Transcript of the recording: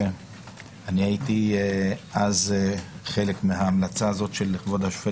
ואז הייתי חלק מההמלצה הזאת של כבוד השופט